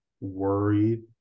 worried